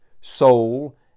soul